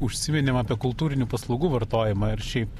užsiminėm apie kultūrinių paslaugų vartojimą ir šiaip